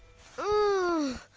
fool.